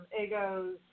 Ego's